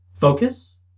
focus